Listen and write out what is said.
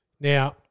Now